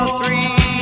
three